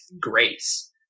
grace